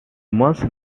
must